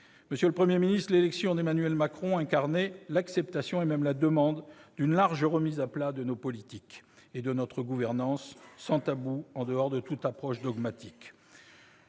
Monsieur le Premier ministre, l'élection d'Emmanuel Macron incarnait l'acceptation et même la demande d'une large remise à plat de nos politiques et de notre gouvernance, sans tabou, en dehors de toute approche dogmatique.